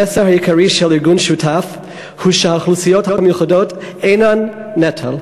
המסר העיקרי של ארגון "שותף" הוא שהאוכלוסיות המיוחדות אינן נטל.